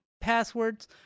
passwords